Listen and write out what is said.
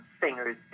singers